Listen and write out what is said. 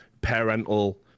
parental